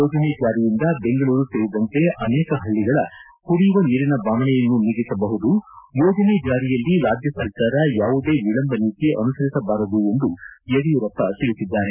ಯೋಜನೆ ಜಾರಿಯಿಂದ ಬೆಂಗಳೂರು ಸೇರಿದಂತೆ ಅನೇಕ ಹಳ್ಳಗಳ ಕುಡಿಯುವ ನೀರಿನ ಬವಣೆಯನ್ನು ನೀಗಿಸಬಹುದು ಯೋಜನೆ ಜಾರಿಯಲ್ಲಿ ರಾಜ್ಯ ಸರ್ಕಾರ ಯಾವುದೇ ವಿಳಂಬ ನೀತಿ ಅನುಸರಿಸಬಾರದು ಎಂದು ಯಡಿಯೂರಪ್ಪ ತಿಳಿಸಿದ್ದಾರೆ